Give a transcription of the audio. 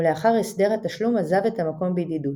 ולאחר הסדר התשלום עזב את המקום בידידות.